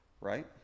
Right